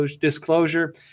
disclosure